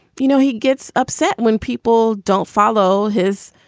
you know, he gets upset when people don't follow his